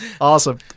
Awesome